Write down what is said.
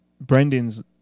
Brendan's